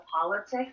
politics –